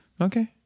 Okay